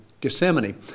Gethsemane